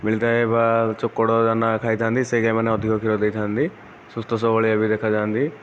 ମିଳିଥାଏ ବା ଚୋକଡ଼ ଦାନା ଖାଇଥାନ୍ତି ସେହି ଗାଈମାନେ ଅଧିକ କ୍ଷୀର ଦେଇଥାନ୍ତି ସୁସ୍ଥ ସବଳିଆ ବି ଦେଖାଯାନ୍ତି